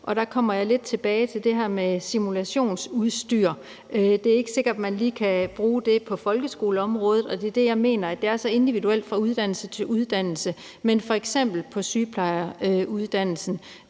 og der kommer jeg lidt tilbage til det her med simulationsudstyret. Det er ikke sikkert, man lige kan bruge det på folkeskoleområdet, og det er det, jeg mener med, at det er så individuelt fra uddannelse til uddannelse, men det kunne f.eks. være på sygeplejeruddannelsen